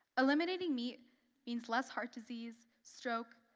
eliminating meat means less heart disease, stroke,